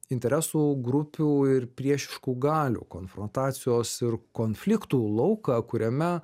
interesų grupių ir priešiškų galių konfrontacijos ir konfliktų lauką kuriame